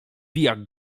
pijak